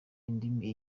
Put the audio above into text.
indimi